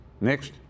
Next